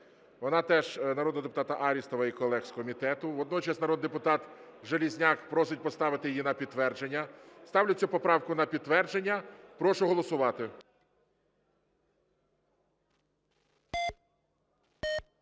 вона теж народного депутата Арістова і колег з комітету. Водночас народний депутат Железняк просить поставити її на підтвердження. Ставлю цю поправку на підтвердження. Прошу голосувати.